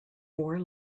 four